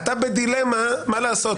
עכשיו אתה בדילמה מה לעשות,